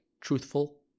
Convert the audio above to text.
truthful